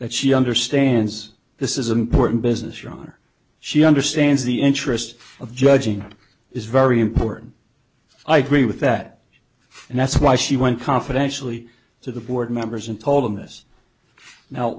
that she understands this is an important business your honor she understands the interest of judging is very important i agree with that and that's why she went confidentially to the board members and told them this now